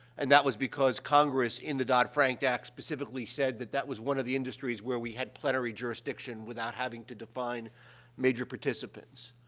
and that was because congress, in the dodd-frank act, specifically said that that was one of the industries where we had plenary jurisdiction without having to define major participants.